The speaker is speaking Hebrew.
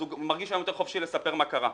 אז הוא מרגיש היום יותר חופשי לספר מה קרה.